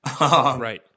right